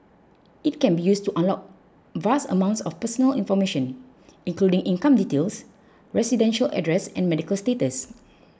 it can be used to unlock vast amounts of personal information including income details residential address and medical status